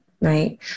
right